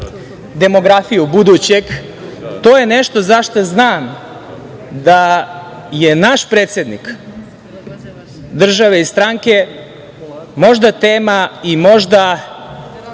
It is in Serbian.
demografiju budućeg, to je nešto za šta znam da je naš predsednik države i stranke možda tema i možda